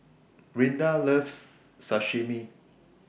Rinda loves Sashimi